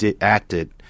acted